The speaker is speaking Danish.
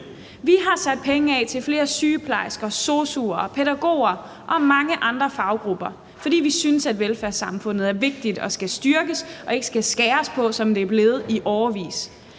Vi har sat penge af til flere sygeplejersker, sosu'er og pædagoger og mange andre faggrupper, fordi vi synes, at velfærdssamfundet er vigtigt og skal styrkes og ikke skal skæres på, som det er blevet i årevis.